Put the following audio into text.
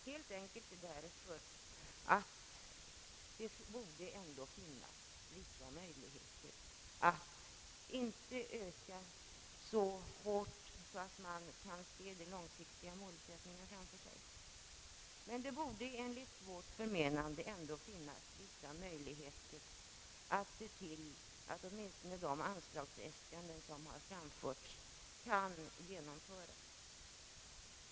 Det är beklagligt, helt enkelt därför att det ändå borde finnas vissa möjligheter — även om man inte kan se den långsiktiga målsättningen framför sig — att se till att åtminstone de anslagsäskanden som framförts kan genomföras.